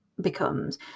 becomes